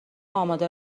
آماده